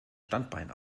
standbein